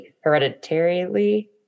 hereditarily